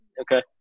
Okay